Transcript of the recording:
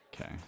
okay